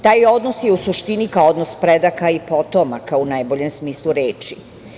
Taj odnos je u suštini kao odnos predaka i potomaka, u najboljem smislu reči.